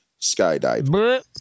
skydiving